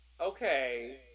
okay